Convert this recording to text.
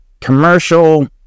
Commercial